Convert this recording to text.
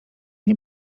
nie